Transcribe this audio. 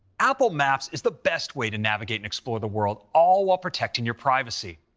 apple maps is the best way to navigate and explore the world, all while protecting your privacy.